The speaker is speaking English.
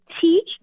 teach